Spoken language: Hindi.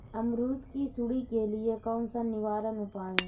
अमरूद की सुंडी के लिए कौन सा निवारक उपाय है?